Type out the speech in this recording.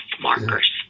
markers